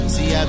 See